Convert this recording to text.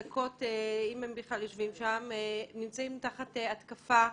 אם הם בכלל יושבים שם, ונמצאים תחת התקפה.